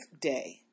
Day